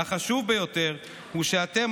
והחשוב ביותר הוא שאתם,